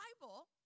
Bible